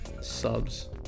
subs